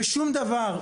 ושום דבר,